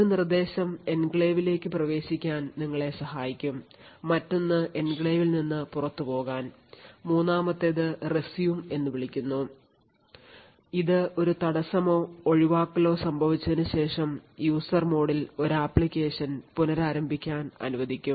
ഒരു നിർദ്ദേശം എൻക്ലേവിലേക്ക് പ്രവേശിക്കാൻ നിങ്ങളെ അനുവദിക്കും മറ്റൊന്ന് എൻക്ലേവിൽ നിന്ന് പുറത്തുപോകാൻ മൂന്നാമത്തേത് resume എന്ന് വിളിക്കുന്നു ഇത് ഒരു തടസ്സമോ ഒഴിവാക്കലോ സംഭവിച്ചതിന് ശേഷം user മോഡിൽ ഒരു അപ്ലിക്കേഷൻ പുനരാരംഭിക്കാൻ അനുവദിക്കും